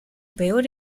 peor